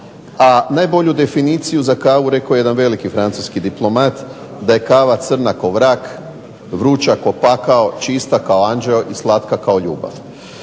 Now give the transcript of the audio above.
A najbolju definiciju za kavu rekao je jedan veliki francuski diplomat, da je kava crna ko vrag, vruća ko pakao, čista kao anđeo i slatka kao ljubav.